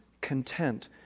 content